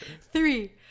three